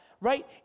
right